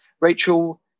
Rachel